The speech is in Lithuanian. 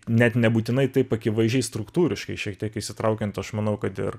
net nebūtinai taip akivaizdžiai struktūriškai šiek tiek įsitraukiant aš manau kad ir